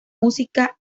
música